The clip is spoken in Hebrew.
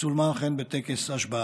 צולמה אכן בטקס ההשבעה.